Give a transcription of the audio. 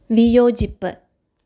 വിയോജിപ്പ്